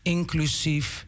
Inclusief